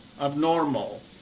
abnormal